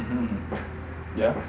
mmhmm mmhmm ya